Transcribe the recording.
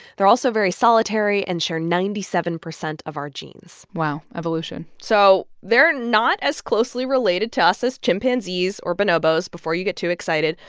they're also very solitary and share ninety seven percent of our genes wow. evolution so they're not as closely related to us as chimpanzees or bonobos, before you get too excited.